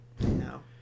No